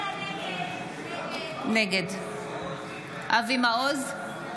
נגד אבי מעוז,